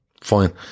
fine